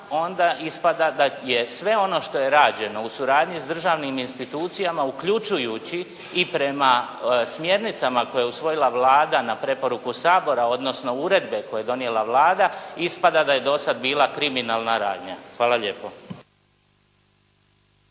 onda ispada da sve ono što je rađeno u suradnji s državnim institucijama uključujući i prema smjernicama koje je usvojila Vlada na preporuku Sabora odnosno uredbe koje je donijela Vlada ispada da je do sada bila kriminalna radnja. Hvala lijepo.